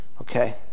okay